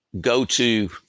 go-to